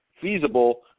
feasible